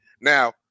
Now